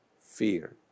fear